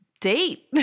date